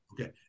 okay